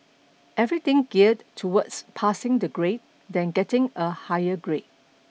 everything geared towards passing the grade then getting a higher grade